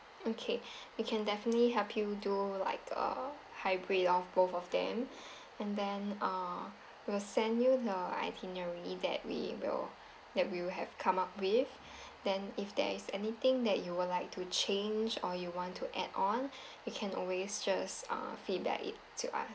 okay we can definitely help you do like a hybrid of both of them and then uh we'll send you the itinerary that we will that we will have come up with then if there is anything that you would like to change or you want to add on you can always just uh feedback it to us